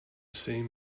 seam